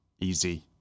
easy